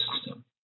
system